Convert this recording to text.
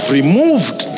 removed